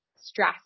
stress